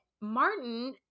Martin